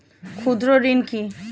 ক্ষুদ্র ঋণ কি?